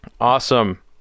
Awesome